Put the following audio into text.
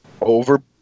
over